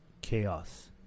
chaos